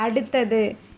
அடுத்தது